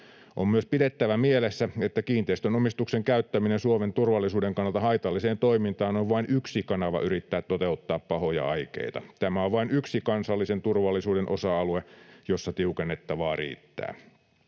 On myös pidettävä mielessä, että kiinteistön omistuksen käyttäminen Suomen turvallisuuden kannalta haitalliseen toimintaan on vain yksi kanava yrittää toteuttaa pahoja aikeita. Tämä on vain yksi kansallisen turvallisuuden osa-alue, jossa tiukennettavaa riittää.